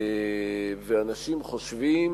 ואנשים חושבים